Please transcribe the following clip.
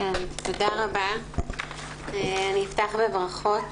אני אפתח בברכות.